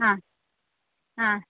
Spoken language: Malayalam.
ആ ആ